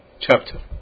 chapter